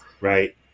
right